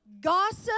Gossip